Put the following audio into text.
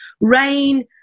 rain